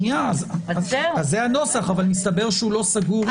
זה הנוסח, אבל מסתבר שהוא לא סגור.